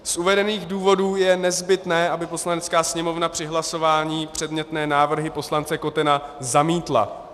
Z uvedených důvodů je nezbytné, aby Poslanecká sněmovna při hlasování předmětné návrhy poslance Kotena zamítla.